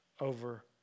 over